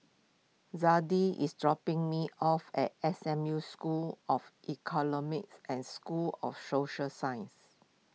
Zadie is dropping me off at S M U School of Economics at School of Social Sciences